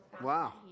Wow